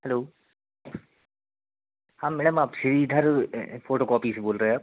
hello हाँ madam आप Shridhar photocopy से बोल रहे आप